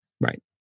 Right